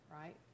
right